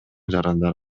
жарандар